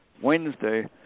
Wednesday